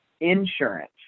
insurance